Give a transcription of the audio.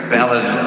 Ballad